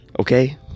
okay